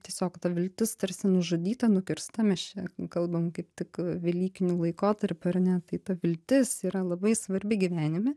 tiesiog ta viltis tarsi nužudyta nukirsta mes čia kalbam kaip tik velykiniu laikotarpiu ar ne tai ta viltis yra labai svarbi gyvenime